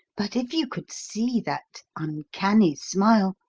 but if you could see that uncanny smile